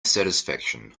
satisfaction